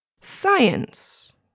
science